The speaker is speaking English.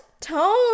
tone